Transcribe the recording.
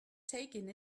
taking